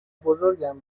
بزرگم